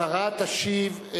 השרה תשיב.